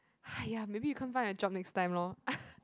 !haiya! maybe you can't find a job next time lor